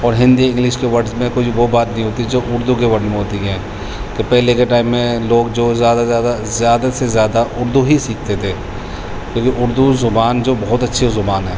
اور ہندی انگلش کے وڈز میں کچھ وہ بات نہیں ہوتی جو اردو کے وڈ میں ہوتی ہیں پہلے کے ٹائم میں لوگ جو زیادہ سے زیادہ زیادہ سے زیادہ اردو ہی سیکھتے تھے کیونکہ اردو زبان جو بہت اچھی زبان ہے